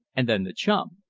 and then the chum.